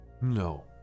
No